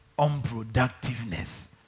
unproductiveness